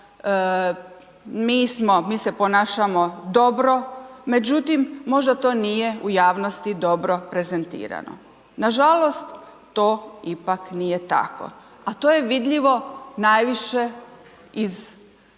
mi se ponašamo dobro, međutim, možda to nije u javnosti dobro prezentirano. Nažalost, to ipak nije tako, a to je vidljivo najviše iz činjenice